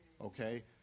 okay